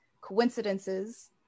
coincidences